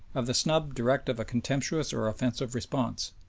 of the snub direct of a contemptuous or offensive response?